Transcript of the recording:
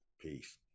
Peace